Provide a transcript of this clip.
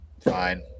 Fine